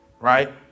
Right